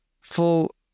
full